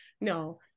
No